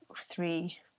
three